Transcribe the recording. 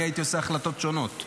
אני הייתי עושה החלטות שונות.